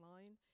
Line